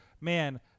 man